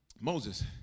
Moses